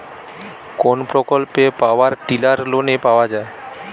কোন প্রকল্পে power tiller লোনে পাওয়া য়ায়?